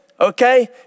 Okay